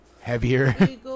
heavier